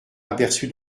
aperçu